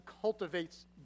cultivates